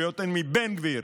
יותר מבן גביר,